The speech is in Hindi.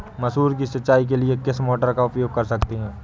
मसूर की सिंचाई के लिए किस मोटर का उपयोग कर सकते हैं?